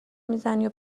میزنی